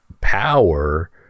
power